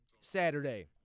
Saturday